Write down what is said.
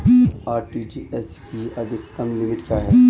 RTGS की अधिकतम limit क्या है?